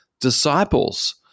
disciples